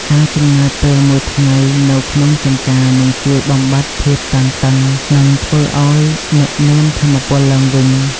ការចំណាយពេលមួយថ្ងៃនៅក្នុងចម្ការនឹងជួយបំបាត់ភាពតានតឹងនិងធ្វើឱ្យអ្នកមានថាមពលឡើងវិញ។